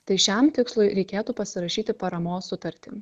tai šiam tikslui reikėtų pasirašyti paramos sutartį